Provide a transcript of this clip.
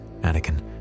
Anakin